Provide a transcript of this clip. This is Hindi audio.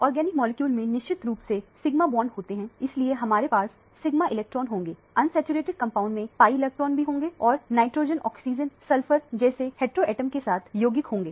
ऑर्गेनिक मॉलिक्यूल में निश्चित रूप से सिग्मा बांड होते हैं इसलिए हमारे पास सिग्मा इलेक्ट्रॉन होंगे अनसैचुरेटेड कंपाउंड में pi इलेक्ट्रॉन भी होंगे और नाइट्रोजन ऑक्सीजन सल्फर जैसे हेटेरोटॉम के साथ यौगिक होंगे